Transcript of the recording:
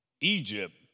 Egypt